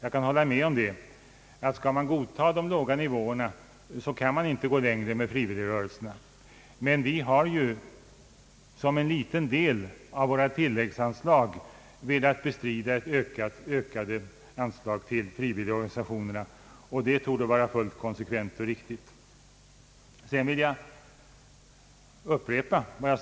Om man godtar de låga nivåerna, håller jag med om att man inte kan gå längre i fråga om frivilligrörelserna. Vi har emellertid genom våra tilläggsanslag fått möjlighet att till viss del ge ökade bidrag till frivilligorganisationerna. Detta torde vara fullt konsekvent och riktigt.